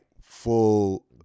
full